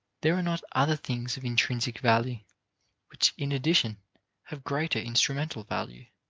there are not other things of intrinsic value which in addition have greater instrumental value.